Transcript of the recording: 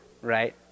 right